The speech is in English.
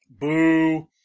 Boo